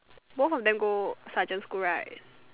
both of them go sergeant school right